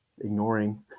ignoring